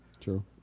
True